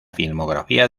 filmografía